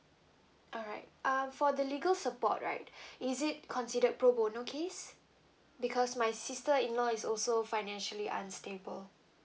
alright um for the legal support right is it considered pro bono case because my sister in law is also financially unstable